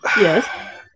Yes